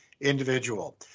individual